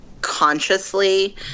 consciously